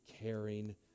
caring